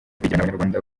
abanyarwanda